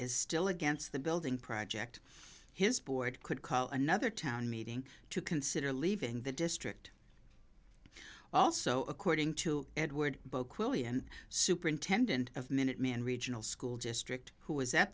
is still against the building project his board could call another town meeting to consider leaving the district also according to edward bo quilly and superintendent of minuteman regional school district who was at